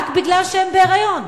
רק בגלל שהן בהיריון.